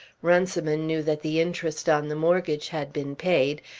runciman knew that the interest on the mortgage had been paid,